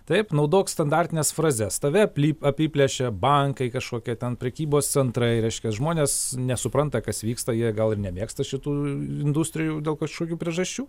taip naudok standartines frazes tave apli apiplėšė bankai kažkokie ten prekybos centrai reiškias žmonės nesupranta kas vyksta jie gal ir nemėgsta šitų industrijų dėl kažkokių priežasčių